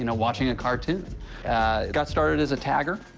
you know watching a cartoon. he got started as a tagger.